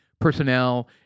personnel